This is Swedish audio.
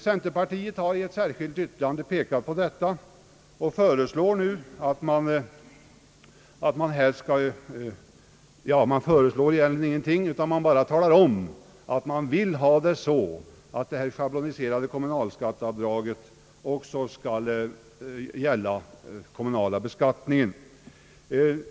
Centerpartiet har i ett särskilt yttrande pekat på detta och framhållit att man vill att det schabloniserade skatteavdraget också skall gälla vid den kommunala beskattningen.